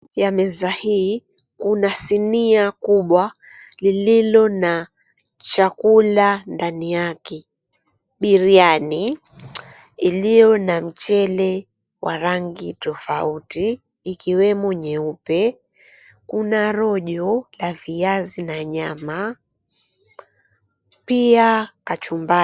Ya meza hii, kuna sinia kubwa lililo na chakula ndani yake. Biriyani iliyo na mchele wa rangi tofauti ikiwemo nyeupe, kuna rojo la viazi na nyama, pia kachumbari.